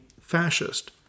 fascist